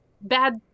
bad